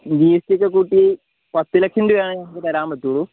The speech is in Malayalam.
ജി എസ് ടി ഒക്കെ കൂട്ടി പത്ത് ലക്ഷം രൂപയാണ് ഞങ്ങൾക്ക് തരാൻ പറ്റുള്ളു